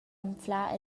anflar